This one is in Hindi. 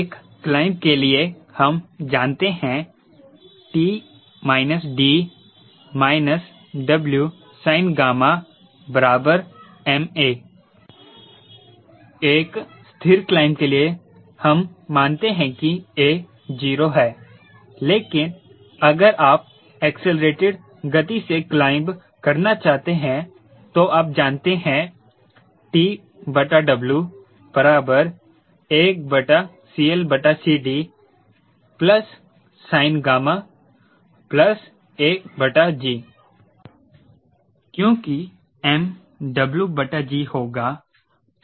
एक क्लाइंब के लिए हम जानते हैं 𝑇 𝐷 𝑊𝑠𝑖𝑛γ 𝑚𝑎 एक स्थिर क्लाइंब के लिए हम मानते हैं कि a 0 है लेकिन अगर आप एक्सेलेरेटिड गति से क्लाइंब करना चाहते हैं तो आप जानते हैं TW 1CLCD sinγ क्योंकि m W g होगा